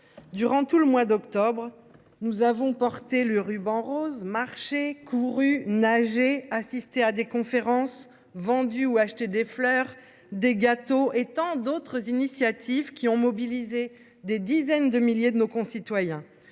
durant tout le mois d’octobre, nous avons porté le ruban rose, marché, couru, nagé, assisté à des conférences, vendu ou acheté des fleurs, des gâteaux… Et tant d’autres initiatives encore ont mobilisé des dizaines de milliers de nos concitoyens